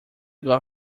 got